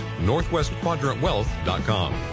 northwestquadrantwealth.com